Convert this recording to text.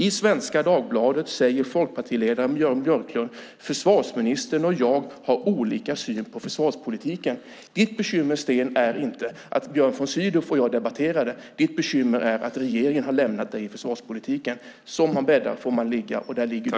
I Svenska Dagbladet säger folkpartiledaren Jan Björklund: Försvarsministern och jag har olika syn på försvarspolitiken. Ditt bekymmer, Sten, är inte att Björn von Sydow och jag debatterade. Ditt bekymmer är att regeringen har lämnat dig i försvarspolitiken. Som man bäddar får man ligga, och där ligger du.